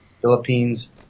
Philippines